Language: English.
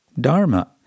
dharma